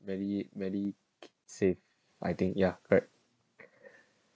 many many safe I think ya correct